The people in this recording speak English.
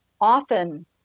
often